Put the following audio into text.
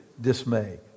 dismay